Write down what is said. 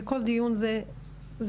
וכל דיון זה סבל,